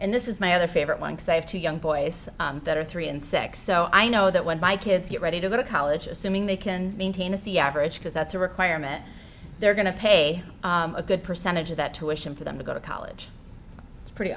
and this is my other favorite one so i have two young boys that are three and six so i know that when my kids get ready to go to college assuming they can maintain a c average because that's a requirement they're going to pay a good percentage of that tuition for them to go to college it's pretty